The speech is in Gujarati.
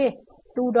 તે 2